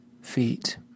feet